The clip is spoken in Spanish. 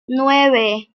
nueve